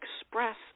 express